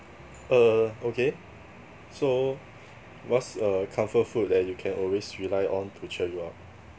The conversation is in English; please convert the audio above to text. err okay so what's a comfort food that you can always rely on to cheer you up